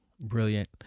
brilliant